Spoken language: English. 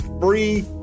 free